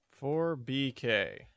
4BK